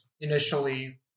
initially